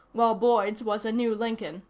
while boyd's was a new lincoln,